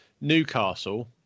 Newcastle